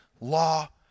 law